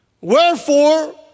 Wherefore